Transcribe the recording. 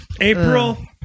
April